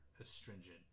astringent